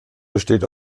besteht